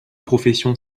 profession